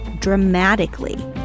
dramatically